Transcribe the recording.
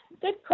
Good